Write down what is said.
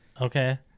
Okay